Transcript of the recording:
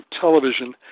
television